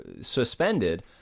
suspended